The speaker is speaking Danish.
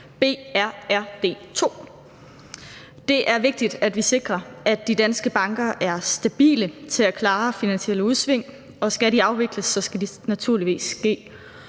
BRRD II. Det er vigtigt, at vi sikrer, at de danske banker er stabile til at klare finansielle udsving, og skal de afvikles, skal det naturligvis ske